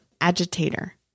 agitator